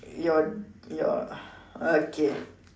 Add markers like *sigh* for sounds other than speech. your your *breath* okay